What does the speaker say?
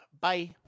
Bye